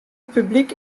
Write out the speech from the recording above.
publyk